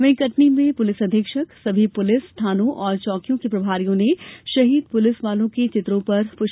वहीं कटनी में पुलिस अधीक्षक सभी पुलिस थानों और चौकियों के प्रभारियों ने शहीद पुलिस वालों के चित्रों पर पुष्पांजली अर्पित की